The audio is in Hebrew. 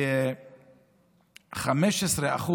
15%